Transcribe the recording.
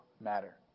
matter